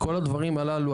כל הדברים הללו,